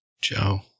Joe